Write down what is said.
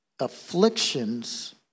afflictions